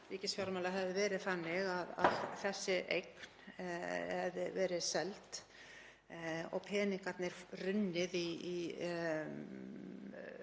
ríkisfjármála hefði verið þannig að þessi eign hefði verið seld og peningarnir runnið í